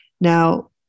Now